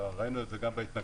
ראינו את זה גם בהתנגדויות,